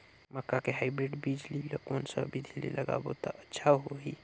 मक्का के हाईब्रिड बिजली ल कोन सा बिधी ले लगाबो त अच्छा होहि?